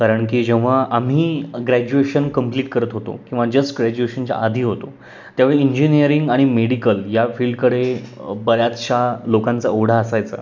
कारणकी जेव्हा आम्ही ग्रॅज्युएशन कंप्लीट करत होतो किंवा जस्ट ग्रॅज्युएशनच्या आधी होतो त्यावेळी इंजिनिअरिंग आणि मेडिकल या फील्डकडे बऱ्याचशा लोकांचा ओढा असायचा